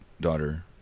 daughter